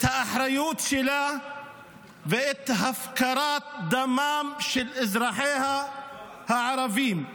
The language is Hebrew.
האחריות שלה והפקרת דמם של אזרחיה הערבים.